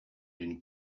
d’une